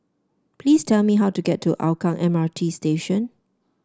please tell me how to get to Hougang M R T Station